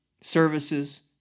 Services